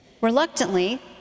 Reluctantly